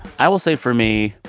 i will say, for me,